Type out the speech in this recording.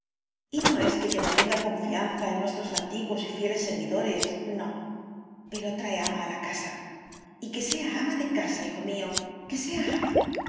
y no es que yo no tenga confianza en nuestros antiguos y fieles servidores no pero trae ama a la casa y que sea ama de casa hijo mío que sea ama